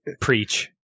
Preach